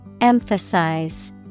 Emphasize